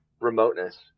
remoteness